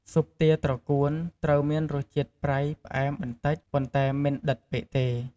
ស៊ុបទាត្រកួន ត្រូវមានរសជាតិ ប្រៃ ផ្អែម បន្តិច ប៉ុន្តែមិនដិតពេកទេ។